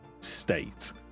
state